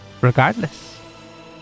Regardless